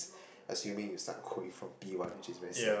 assuming you start going from P one which is very sad